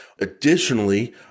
Additionally